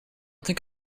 think